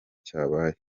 cyabaye